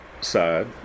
side